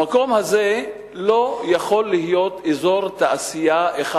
המקום הזה לא יכול להיות אזור תעשייה אחד